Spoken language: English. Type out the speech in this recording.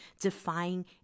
defying